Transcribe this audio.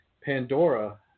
Pandora